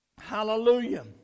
Hallelujah